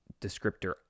descriptor